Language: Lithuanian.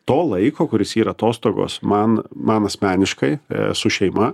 to laiko kuris yra atostogos man man asmeniškai su šeima